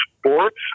sports